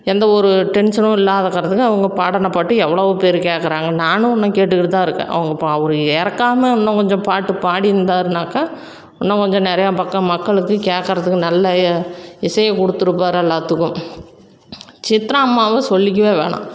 எந்த ஒரு டென்ஷனும் இல்லாதக்கறதுக்கு அவங்க பாடின பாட்டு எவ்வளோ பேர் கேட்கறாங்க நானும் இன்னும் கேட்டுக்கிட்டு தான் இருக்கேன் அவங்க பா அவர் இறக்காம இன்னும் கொஞ்சம் பாட்டு பாடியிருந்தாருனாக்கா இன்னும் கொஞ்சம் நிறையா பக்கம் மக்களுக்கு கேட்கறதுக்கு நல்ல இசையை கொடுத்திருப்பாரு எல்லார்த்துக்கும் சித்ராம்மாவை சொல்லிக்கவே வேணாம்